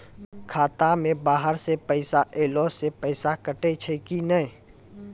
खाता मे बाहर से पैसा ऐलो से पैसा कटै छै कि नै?